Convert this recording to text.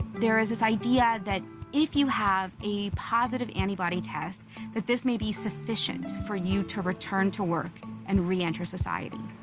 there is this idea that if you have a positive antibody test that this may be sufficient for you to return to work and reenter society.